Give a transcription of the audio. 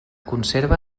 conserva